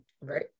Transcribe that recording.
Right